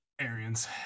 Arians